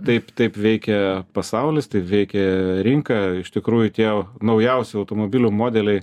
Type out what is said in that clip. taip taip veikia pasaulis taip veikia rinka iš tikrųjų tie naujausi automobilių modeliai